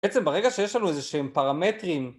בעצם ברגע שיש לנו איזה שהם פרמטרים